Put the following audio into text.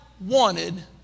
wanted